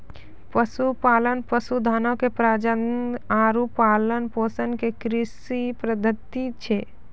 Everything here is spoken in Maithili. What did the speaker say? पशुपालन, पशुधनो के प्रजनन आरु पालन पोषण के कृषि पद्धति छै